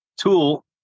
tool